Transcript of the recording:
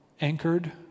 anchored